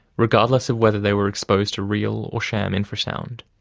regardless of whether they were exposed to real or sham infrasound.